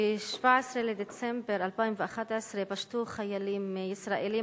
ב-17 בדצמבר 2011 פשטו חיילים ישראלים